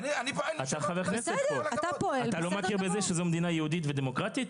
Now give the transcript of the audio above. אתה לא מכיר בזה שזו מדינה יהודית ודמוקרטית?